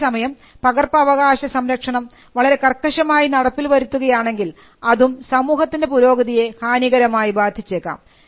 അതേസമയം പകർപ്പവകാശ സംരക്ഷണം വളരെ കർക്കശമായി നടപ്പിൽ വരുത്തുകയാണെങ്കിൽ അതും സമൂഹത്തിൻറെ പുരോഗതിയെ ഹാനികരമായി ബാധിച്ചേക്കാം